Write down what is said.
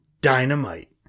Dynamite